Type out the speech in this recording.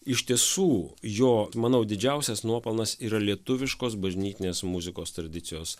iš tiesų jo manau didžiausias nuopelnas yra lietuviškos bažnytinės muzikos tradicijos